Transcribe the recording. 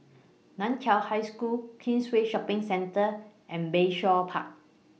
NAN Chiau High School Queensway Shopping Centre and Bayshore Park